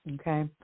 Okay